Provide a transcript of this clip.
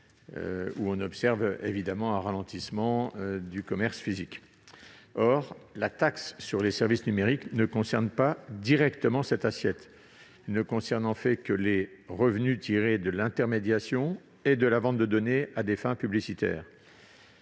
titre, observer un ralentissement du commerce physique. Or la taxe sur les services numériques concerne, non pas directement cette assiette, mais bien les seuls revenus tirés de l'intermédiation et de la vente de données à des fins publicitaires.